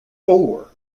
four